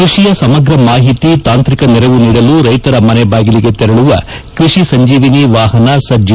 ಕೃಷಿಯ ಸಮಗ್ರ ಮಾಹಿತಿ ತಾಂತ್ರಿಕ ನೆರವು ನೀಡಲು ರೈತರ ಮನೆ ಬಾಗಿಲಿಗೆ ತೆರಳುವ ಕೃಷಿ ಸಂಜೀವಿನಿ ವಾಹನ ಸಜ್ಜು